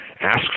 ask